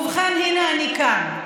ובכן, הינה אני כאן.